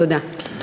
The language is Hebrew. בבקשה.